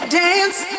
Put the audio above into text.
dance